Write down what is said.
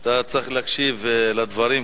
אתה צריך להקשיב לדברים,